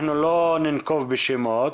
אנחנו לא ננקוב בשמות